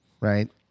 right